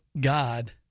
God